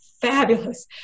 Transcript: fabulous